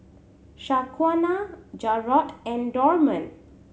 Shaquana Jarrod and Dorman